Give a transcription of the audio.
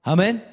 Amen